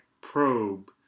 probe